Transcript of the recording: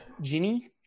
Ginny